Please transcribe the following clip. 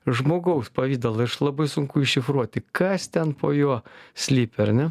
žmogaus pavidalą aš labai sunku iššifruoti kas ten po juo slypi ar ne